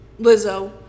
Lizzo